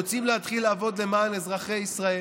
רוצים להתחיל לעבוד למען אזרחי ישראל,